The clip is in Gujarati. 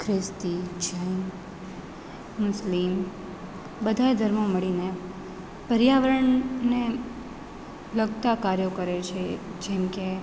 ખ્રિસ્તી જૈન મુસ્લિમ બધા ધર્મો મળીને પર્યાવરણને લગતાં કાર્યો કરે છે જેમકે